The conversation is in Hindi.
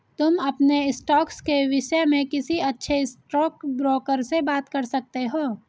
तुम अपने स्टॉक्स के विष्य में किसी अच्छे स्टॉकब्रोकर से बात कर सकते हो